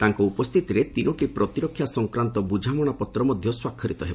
ତାଙ୍କ ଉପସ୍ଥିତିରେ ତିନୋଟି ପ୍ରତିରକ୍ଷା ସଂକ୍ରାନ୍ତ ବୁଝାମଣାପତ୍ର ମଧ୍ୟ ସ୍ୱାକ୍ଷରିତ ହେବ